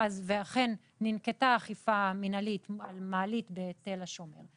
ואכן ננקטה אכיפה מינהלית על מעלית בתל השומר,